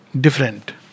different